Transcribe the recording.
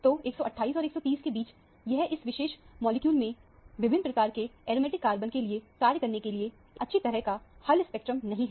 तो 128 और 130 के बीच यह इस विशेष मॉलिक्यूल में विभिन्न प्रकार के एरोमेटिक कार्बन के लिए कार्य करने के लिए एक बहुत अच्छी तरह का हल स्पेक्ट्रम नहीं है